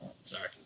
Sorry